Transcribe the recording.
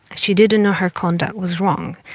she didn't know her conduct was wrong,